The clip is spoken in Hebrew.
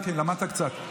למדת קצת,